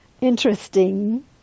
interesting